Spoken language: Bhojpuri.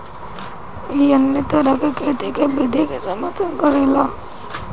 इ अन्य तरह के खेती के विधि के समर्थन करेला